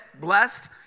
blessed